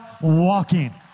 walking